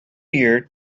year